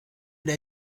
der